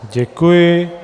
Děkuji.